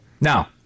Now